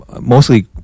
mostly